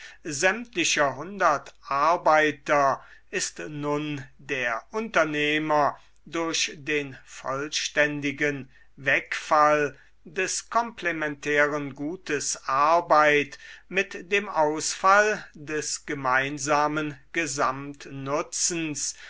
sämtlicher hundert arbeiter ist nun der unternehmer durch den vollständigen wegfall des komplementären gutes arbeit mit dem ausfall des gemeinsamen